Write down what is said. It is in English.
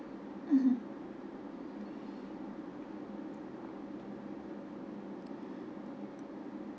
mmhmm